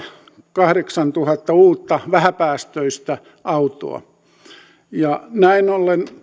kahdeksantuhatta uutta vähäpäästöistä autoa näin ollen